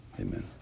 Amen